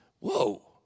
Whoa